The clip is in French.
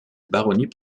baronnies